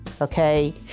okay